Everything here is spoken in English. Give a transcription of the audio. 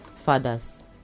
Fathers